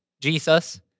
Jesus